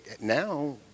Now